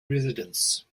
residence